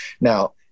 Now